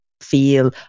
feel